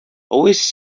always